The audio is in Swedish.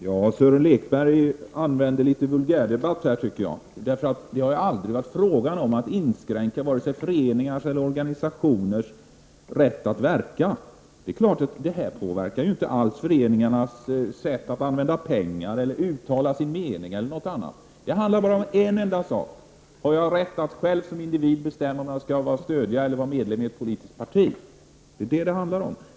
Herr talman! Jag tycker att Sören Lekberg här ägnar sig litet grand åt vulgärdebatt. Det har aldrig varit fråga om att inskränka vare sig föreningars eller organisationers rätt att verka. Detta lagförslag påverkar inte alls föreningarnas sätt att använda pengar, uttala sin mening eller något annat. Det handlar bara om en enda sak: har jag rätt att själv som individ bestämma om jag skall stödja eller vara medlem i ett politiskt parti? Det är detta det handlar om.